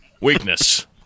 Weakness